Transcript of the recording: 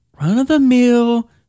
run-of-the-mill